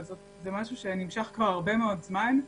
אבל זה משהו שנמשך כבר הרבה מאוד זמן,